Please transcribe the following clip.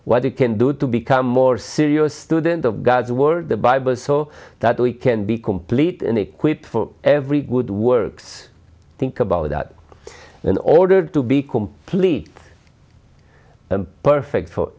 what it can do to become more serious student of god's word the bible so that we can be complete and equipped for every good works think about that in order to be complete and perfect for